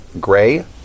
gray